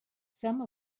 some